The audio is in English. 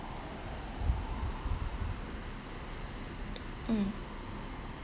mm